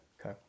Okay